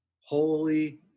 Holy